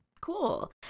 cool